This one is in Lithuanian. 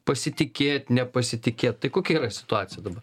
pasitikėt nepasitikėt tai kokia yra situacija dabar